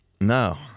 no